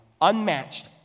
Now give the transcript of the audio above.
unmatched